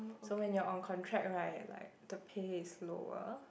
so when you are on contract right like the pay is lower